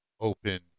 open